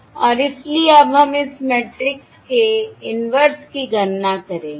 और इसलिए अब हम इस मैट्रिक्स के इनवर्स की गणना करेंगे